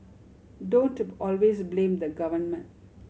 don't always blame the government